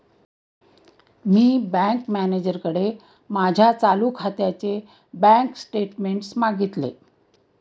मी bank मॅनेजरकडे माझ्या चालू खात्याचे बँक स्टेटमेंट्स मागितले